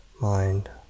mind